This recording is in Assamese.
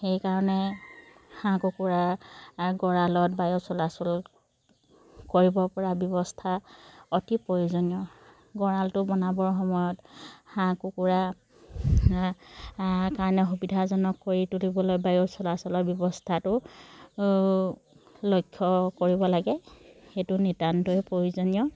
সেইকাৰণে হাঁহ কুকুৰা গঁৰালত বায়ু চলাচল কৰিব পৰা ব্যৱস্থা অতি প্ৰয়োজনীয় গঁৰালটো বনাবৰ সময়ত হাঁহ কুকুৰা কাৰণে সুবিধাজনক কৰি তুলিবলৈ বায়ু চলাচলৰ ব্যৱস্থাটো লক্ষ্য কৰিব লাগে সেইটো নিতান্তই প্ৰয়োজনীয়